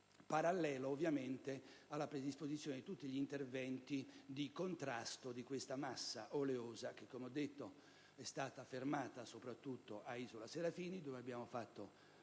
parallelo alla predisposizione di tutti gli interventi di contrasto di questa massa oleosa che, come ho detto, è stata fermata soprattutto a Isola Serafini dove abbiamo fatto